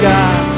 God